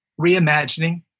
reimagining